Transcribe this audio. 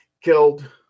Killed